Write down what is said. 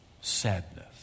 sadness